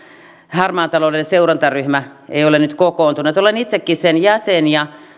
harmaan talouden seurantaryhmä ei ole nyt kokoontunut olen itsekin sen jäsen ja